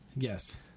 Yes